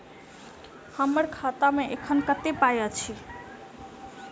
हम्मर खाता मे एखन कतेक पाई अछि?